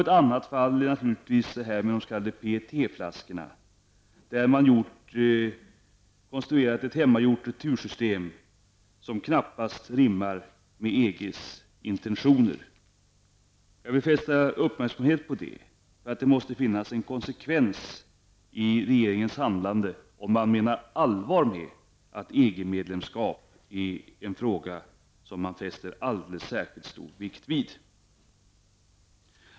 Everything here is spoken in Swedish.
Ett annat fall är de s.k. PET-flaskorna där man konstruerat ett hemmagjort retursystem som knappast rimmar med EGs intentioner. Jag vill rikta uppmärksamheten på att det måste finnas en konsekvens i regeringens handlande. Den måste visa att den menar allvar i sina strävanden att nå EG-medlemskap.